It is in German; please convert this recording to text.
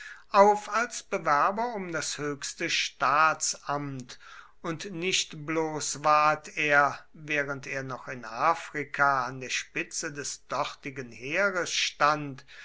auf als bewerber um das höchste staatsamt und nicht bloß ward er während er noch in afrika an der spitze des dortigen heeres stand